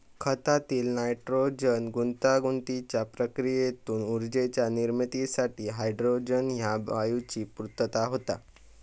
खतातील नायट्रोजन गुंतागुंतीच्या प्रक्रियेतून ऊर्जेच्या निर्मितीसाठी हायड्रोजन ह्या वायूची पूर्तता होता